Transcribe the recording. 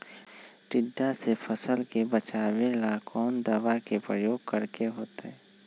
टिड्डा से फसल के बचावेला कौन दावा के प्रयोग करके होतै?